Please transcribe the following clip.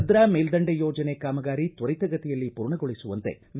ಭದ್ರಾ ಮೇಲ್ದಂಡೆ ಯೋಜನೆ ಕಾಮಗಾರಿ ತ್ವರಿತಗತಿಯಲ್ಲಿ ಪೂರ್ಣಗೊಳಿಸುವಂತೆ ವಿ